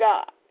God